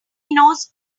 knows